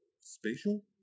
spatial